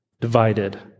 divided